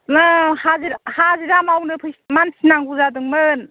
हाजिरा मावनो मानसि नांगौ जादोंमोन